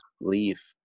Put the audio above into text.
Leave